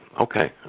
okay